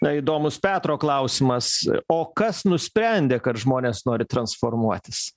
na įdomūs petro klausimas o kas nusprendė kad žmonės nori transformuotis